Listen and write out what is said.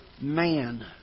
man